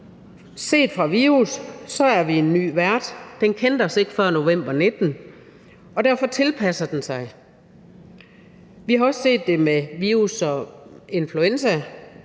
set fra virussens side er vi en ny vært. Den kendte os ikke før november 2019, og derfor tilpasser den sig. Vi har også set det med influenzavirus: